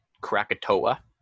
Krakatoa